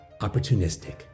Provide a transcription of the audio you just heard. opportunistic